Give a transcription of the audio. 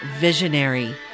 visionary